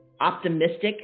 optimistic